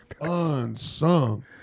Unsung